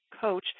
coach